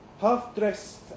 half-dressed